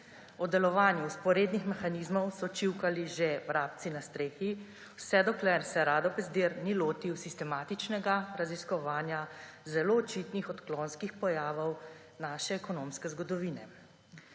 O delovanju vzporednih mehanizmov so čivkali že vrabci na strehi, vse dokler se Rado Pezdir ni lotil sistematičnega raziskovanja zelo očitnih odklonskih pojavov naše ekonomske zgodovine.